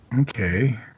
Okay